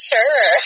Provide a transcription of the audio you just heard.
Sure